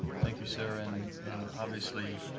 thank you, sir, and, and obviously,